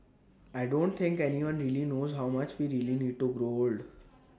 I don't think anyone really knows how much we really need to grow old